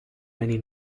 many